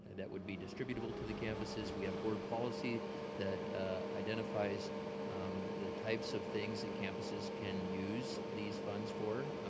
that would be distributable to the campuses. we have board policy that identifies the types of things that campuses can use these funds for.